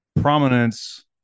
prominence